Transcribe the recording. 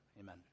amen